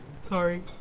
sorry